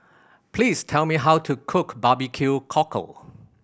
please tell me how to cook barbecue cockle